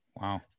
wow